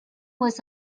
was